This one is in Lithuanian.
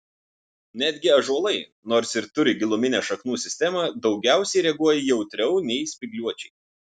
netgi ąžuolai nors ir turi giluminę šaknų sistemą daugiausiai reaguoja jautriau nei spygliuočiai